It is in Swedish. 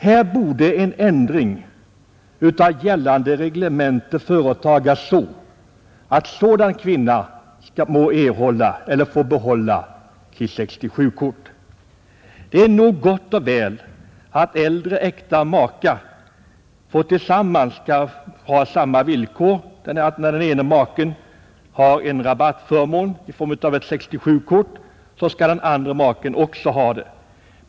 Här borde en ändring utav gällande reglemente företagas så att sådan kvinna får behålla sitt 67-kort. Det är nog gott och väl att äldre makar tillsammans skall ha samma villkor, så att när den ene maken har en rabattförmån i form av ett 67-kort skall den andre maken också ha det.